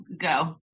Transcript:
go